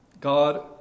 God